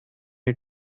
you